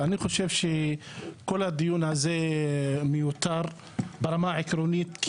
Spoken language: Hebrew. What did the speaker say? אני חושב שכל הדיון הזה מיותר ברמה העקרונית,